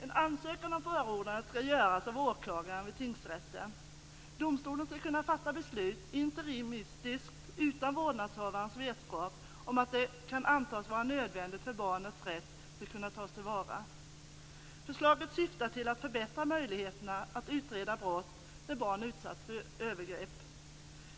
En ansökan om förordnande ska göras av åklagaren hos tingsrätten. Domstolen ska kunna fatta beslut interimistiskt utan vårdnadshavarens vetskap, om det kan antas vara nödvändigt för att barnets rätt ska kunna tas till vara. Förslaget syftar till att förbättra möjligheterna att utreda brott när barn utsatts för övergrepp.